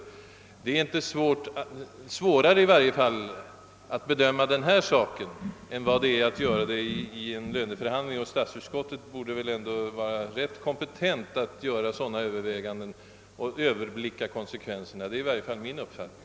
Men det är inte svårare att bedöma denna fråga än när det gäller ett avgörande i samband med vanliga löneförhandlingar. Statsutskottet borde vara kompetent nog att göra sådana bedömanden och överblicka konsekvenserna. Det är 1 varje fall min uppfattning.